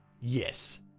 Yes